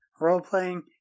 role-playing